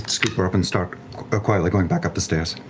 scoop her up and start quietly going back up the stairs.